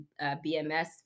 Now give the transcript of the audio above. BMS